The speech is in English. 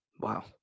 Wow